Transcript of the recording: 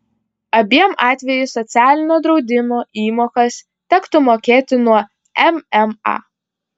abiem atvejais socialinio draudimo įmokas tektų mokėti nuo mma